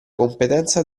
competenza